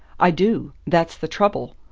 i do. that's the trouble.